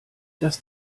das